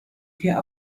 vier